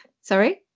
sorry